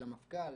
למפכ"ל